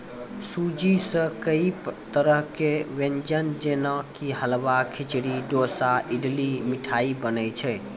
सूजी सॅ कई तरह के व्यंजन जेना कि हलवा, खिचड़ी, डोसा, इडली, मिठाई बनै छै